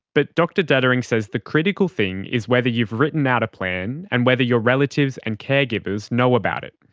but dr detering says the critical thing is whether you've written out a plan and whether your relatives and caregivers know about it.